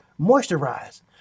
moisturize